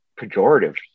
pejorative